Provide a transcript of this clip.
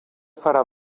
fra